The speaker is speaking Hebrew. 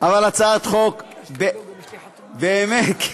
הצעת החוק באמת חשובה.